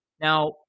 Now